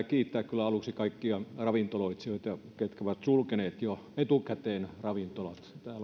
kiittää kaikkia ravintoloitsijoita ketkä ovat sulkeneet ravintolat jo etukäteen täällä on suuressa